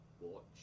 watch